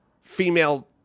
female